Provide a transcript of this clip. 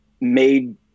made